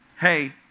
Hey